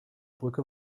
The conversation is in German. brücke